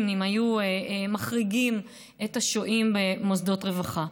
אם היו מחריגים את השוהים במוסדות רווחה.